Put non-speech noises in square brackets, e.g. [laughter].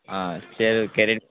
ஆ சரி [unintelligible]